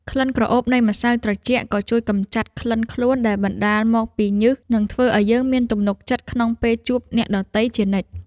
ក្លិនក្រអូបនៃម្សៅត្រជាក់ក៏ជួយកម្ចាត់ក្លិនខ្លួនដែលបណ្ដាលមកពីញើសនិងធ្វើឱ្យយើងមានទំនុកចិត្តក្នុងពេលជួបអ្នកដទៃជានិច្ច។